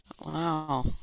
wow